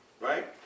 right